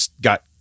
got